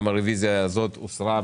על פנייה מס'